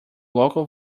local